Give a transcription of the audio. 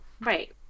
Right